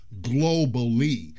globally